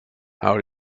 how